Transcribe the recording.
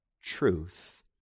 truth